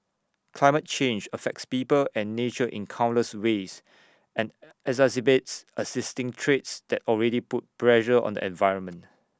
climate change affects people and nature in countless ways and exacerbates existing threats that already put pressure on the environment